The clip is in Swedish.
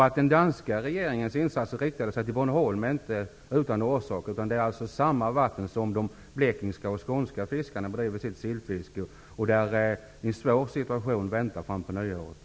Att den danska regeringens insatser riktade sig till Bornholm är inte utan orsak, utan det är fråga om det vatten där också de blekingska och skånska fiskarna bedriver sitt sillfiske och där en svår situation väntar framemot nyår.